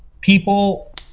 people